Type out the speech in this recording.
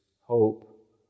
hope